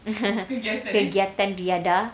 kegiatan riadah